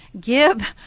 give